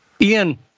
Ian